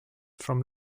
from